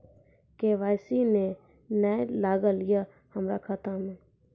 KYC ने न लागल या हमरा खाता मैं?